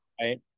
Right